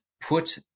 put